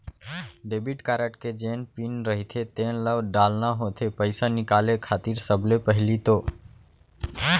debit card के जेन PIN रहिथे तेन ल डालना होथे पइसा निकाले खातिर सबले पहिली तो